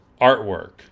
artwork